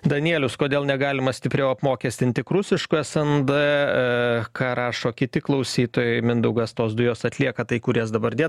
danielius kodėl negalima stipriau apmokestinti rusiškojo snd ką rašo kiti klausytojai mindaugas tos dujos atlieka tai kur jas dabar dėt